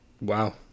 wow